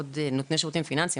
עוד נותני שירותים פיננסיים,